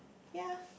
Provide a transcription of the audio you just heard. ya